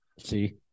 see